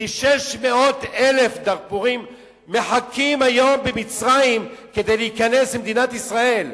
כי 600,000 דארפורים מחכים היום במצרים כדי להיכנס למדינת ישראל,